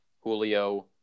Julio